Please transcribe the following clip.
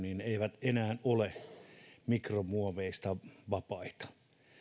eivät enää ole mikromuoveista vapaita